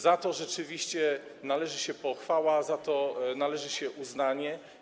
Za to rzeczywiście należy się pochwała, za to należy się uznanie.